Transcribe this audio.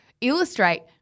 illustrate